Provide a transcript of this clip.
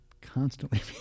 constantly